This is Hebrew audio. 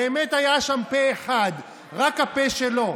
באמת היה שם פה אחד, רק הפה שלו.